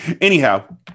Anyhow